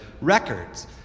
records